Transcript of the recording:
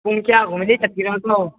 ꯄꯨꯡ ꯀꯌꯥꯒꯨꯝꯕꯗꯤ ꯆꯠꯀꯦꯔꯥꯀꯣ